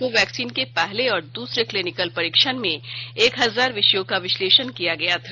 Covaxin के पहले और दूसर्रे क्लीनिकल परीक्षण में एक हजार विषयों का विश्लेषण किया गया था